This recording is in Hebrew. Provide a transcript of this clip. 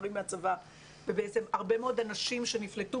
משתחררים מהצבא והרבה מאוד אנשים שנפלטו